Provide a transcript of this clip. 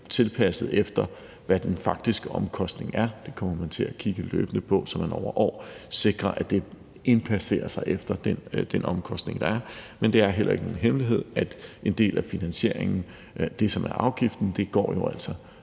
tilpasset, hvad den faktiske omkostning er. Det kommer man til løbende at kigge på, så man over år sikrer, at den indplaceres efter den omkostning, der er. Men det er heller ikke nogen hemmelighed, at en del af finansieringen – det, der er afgiften – som en del